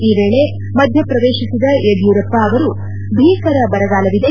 ಈ ವೇಳೆ ಮಧ್ಯ ಪ್ರವೇಶಿಸಿದ ಯಡಿಯೂರಪ್ಪ ಅವರು ಭೀಕರ ಬರಗಾಲವಿದೆ